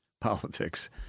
politics